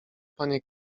panie